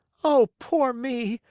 oh, poor me!